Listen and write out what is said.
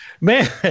Man